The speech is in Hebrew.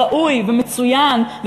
ראוי ומצוין,